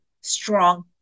strong